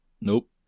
Nope